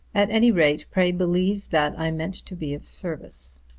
at any rate pray believe that i meant to be of service.